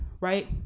right